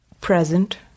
present